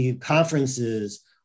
conferences